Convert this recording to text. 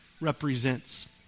represents